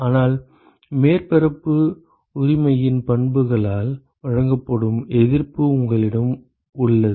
ஆனால் மேற்பரப்பு உரிமையின் பண்புகளால் வழங்கப்படும் எதிர்ப்பு உங்களிடம் உள்ளது